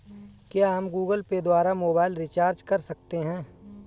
क्या हम Google Pay द्वारा मोबाइल रिचार्ज कर सकते हैं?